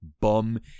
bum